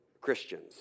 Christians